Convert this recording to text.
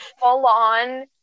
full-on